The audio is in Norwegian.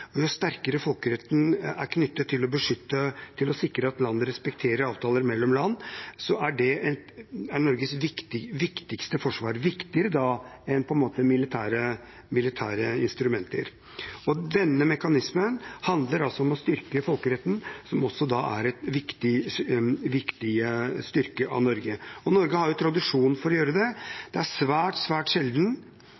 jo sterkere folkeretten er knyttet til det å sikre at land respekterer avtaler mellom land, jo mer er det Norges viktigste forsvar, viktigere enn militære instrumenter. Denne mekanismen handler altså om å styrke folkeretten, som også er en viktig styrke for Norge. Norge har en tradisjon for å gjøre dette. Det er svært, svært sjelden at Norge ikke støtter opp om folkerettslige initiativ. Jeg kan huske én annen gang, og det er tilslutning til det